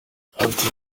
ati